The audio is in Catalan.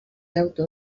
autor